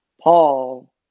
Paul